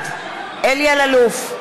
בעד אלי אלאלוף,